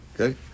Okay